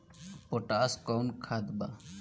Potash कोउन खाद बा?